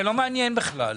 זה לא מעניין בכלל,